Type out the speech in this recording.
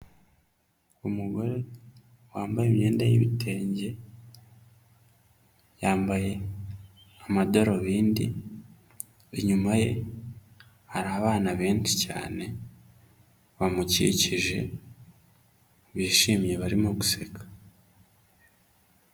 Umugore wambaye imyenda y'ibitenge yambaye amadarubindi, inyuma ye hari abana benshi cyane bamukikije bishimye barimo guseka.